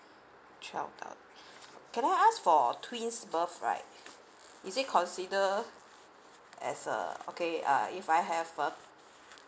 twelve thousand can I ask for twins birth right is it consider as uh okay uh if I have uh